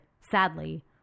Sadly